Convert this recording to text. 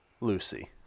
Lucy